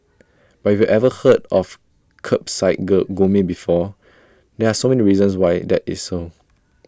but if you've ever heard of Kerbside go gourmet before there are so many reasons why that is so